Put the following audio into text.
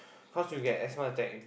cause you will get asthma attack